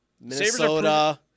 Minnesota